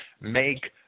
make